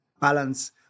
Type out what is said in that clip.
balance